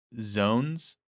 zones